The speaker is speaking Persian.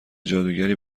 جادوگری